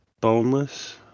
boneless